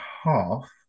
half